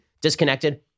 disconnected